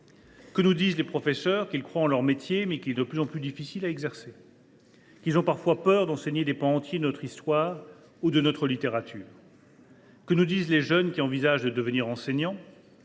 eux, nous disent qu’ils croient en leur métier, mais que celui ci est de plus en plus difficile à exercer, et qu’ils ont parfois peur d’enseigner des pans entiers de notre histoire ou de notre littérature. « De leur côté, les jeunes qui envisagent de devenir enseignants